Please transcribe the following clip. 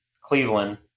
Cleveland